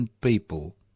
people